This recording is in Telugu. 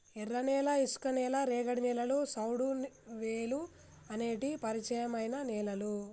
ఎర్రనేల, ఇసుక నేల, రేగడి నేలలు, సౌడువేలుఅనేటి పరిచయమైన నేలలు